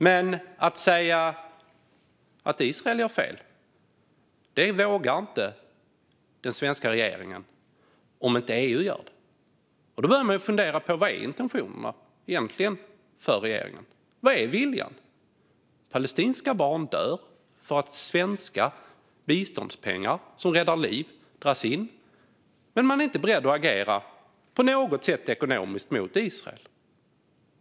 Men att säga att Israel gör fel vågar den svenska regeringen inte om inte EU gör det. Då börjar man fundera på vad regeringens intention egentligen är. Vad är viljan? Palestinska barn dör för att svenska biståndspengar som räddar liv dras in, men man är inte beredd att på något sätt agera ekonomiskt mot Israel.